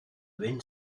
wind